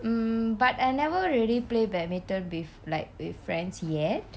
mm but I never really play badminton with like with friends yet